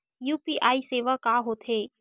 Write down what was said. UPI सेवा का होथे?